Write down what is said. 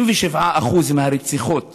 67% מהרציחות